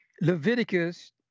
Leviticus